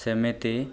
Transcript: ସେମିତି